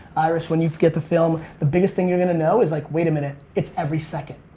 iris, when you get to film, the biggest thing you're going to know is like, wait a minute. it's every second.